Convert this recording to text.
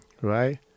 Right